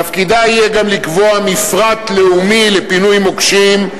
תפקידה יהיה גם לקבוע מפרט לאומי לפינוי מוקשים,